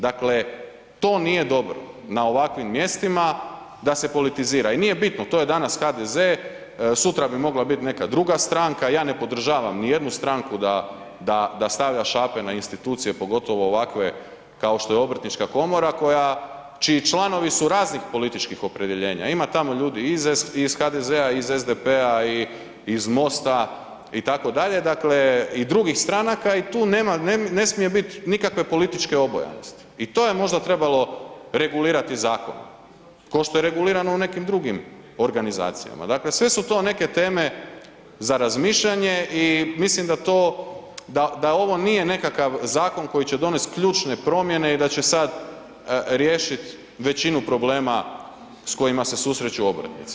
Dakle, to nije dobro na ovakvim mjestima da se politizira i nije bitno, to je danas HDZ, sutra bi mogla biti neka druga stranka, ja ne podržavam nijednu stranku da stavlja šape na institucije pogotovo ovakve kao što je Obrtnička komora čiji članovi su raznih političkih opredjeljenja, ima tamo ljudi iz HDZ-a, iz SDP-a, iz MOST-a itd., dakle i drugih stranaka i ne tu ne smije biti nikakve političke obojanosti i to je možda trebalo regulirati zakonom kao što je regulirano u nekim drugim organizacijama, dakle sve su to neke teme za razmišljanje i mislim da to, da ovo nije nekakav zakon koji će donest ključne promjene i da će sad riješit većinu problema s kojima se susreću obrtnici.